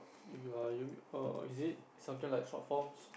ya you err is it something like short forms